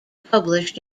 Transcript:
published